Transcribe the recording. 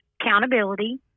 accountability